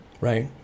Right